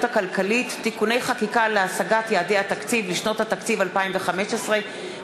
הכלכלית (תיקוני חקיקה להשגת יעדי התקציב לשנות התקציב 2015 ו-2016),